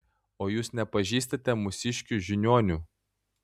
o jūs nepažįstate mūsiškių žiniuonių